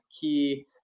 key